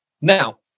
Now